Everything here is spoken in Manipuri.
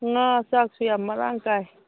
ꯉꯥ ꯆꯥꯛꯁꯨ ꯌꯥꯝ ꯃꯔꯥꯡ ꯀꯥꯏ